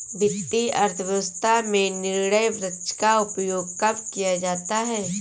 वित्तीय अर्थशास्त्र में निर्णय वृक्ष का उपयोग कब किया जाता है?